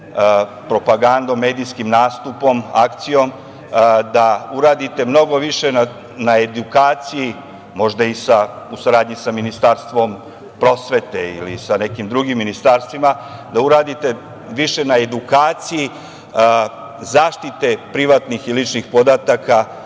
propagandom, medijskim nastupom, akcijom da uradite mnogo više na edukaciji. Možda i u saradnji sa Ministarstvom prosvete ili sa nekim drugim ministarstvima da uradite više na edukaciji zaštite privatnih i ličnih podataka